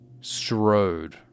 strode